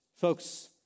Folks